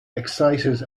excited